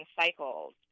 cycles